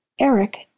Eric